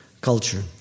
culture